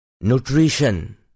Nutrition